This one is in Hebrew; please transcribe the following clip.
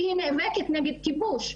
כי היא נאבקת נגד כיבוש,